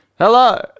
Hello